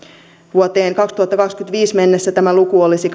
vuoteen kaksituhattakaksikymmentäviisi mennessä tämä luku olisi